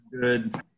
Good